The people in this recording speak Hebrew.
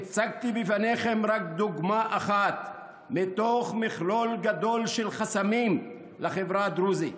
הצגתי בפניכם רק דוגמה אחת מתוך מכלול גדול של חסמים לחברה הדרוזית.